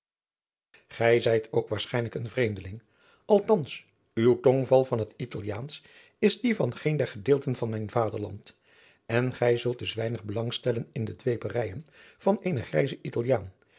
gij zijt ook waarschijnlijk een vreemdeling althans uw tongval van het italiaansch is die van geen der gedeelten van mijn vaderland en gij zult dus weinig belang stellen in de dweeperijen van een grijzen italiaan